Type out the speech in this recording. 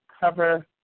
cover